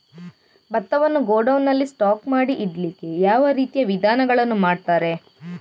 ಭತ್ತವನ್ನು ಗೋಡೌನ್ ನಲ್ಲಿ ಸ್ಟಾಕ್ ಮಾಡಿ ಇಡ್ಲಿಕ್ಕೆ ಯಾವ ರೀತಿಯ ವಿಧಾನಗಳನ್ನು ಮಾಡ್ತಾರೆ?